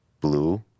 blue